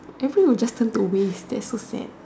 every one just turn away that's so sad